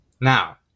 Now